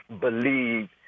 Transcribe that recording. believe